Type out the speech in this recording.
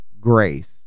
grace